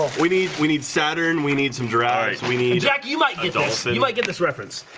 we need we need saturn. we need some dry eyes. we need yeah you might get olsen you might get this reference.